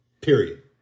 period